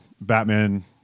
Batman